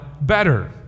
better